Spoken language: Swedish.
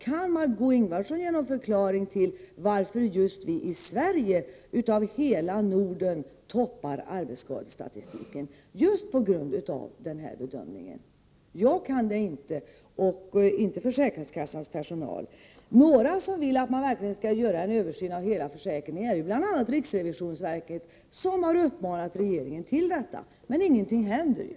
Kan Marg6 Ingvardsson ge någon förklaring till varför vi just i Sverige i hela Norden toppar arbetsskadestatistiken, och detta just på grund av den här bedömningen? Jag kan inte ge någon förklaring och inte heller försäkringskassans personal. En av de institutioner som vill att man skall göra en översyn av hela försäkringen är ju riksrevisionsverket, som har uppmanat regeringen att göra detta. Men ingenting händer ju.